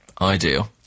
Ideal